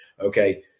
Okay